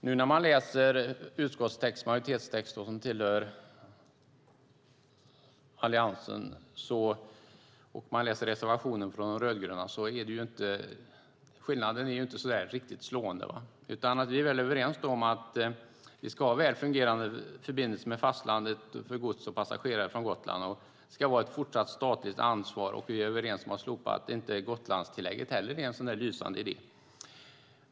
När man läser utskottsmajoritetens - Alliansens - text och reservationen från de rödgröna är det ingen riktigt slående skillnad. Vi är väl överens om att ha väl fungerande förbindelser mellan fastlandet och Gotland för både gods och passagerare. Vidare ska det fortsatt vara ett statligt ansvar, och vi är överens om att slopa Gotlandstillägget som inte är en så lysande idé.